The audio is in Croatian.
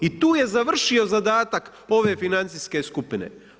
I tu je završio zadatak ove financijske skupine.